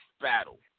battle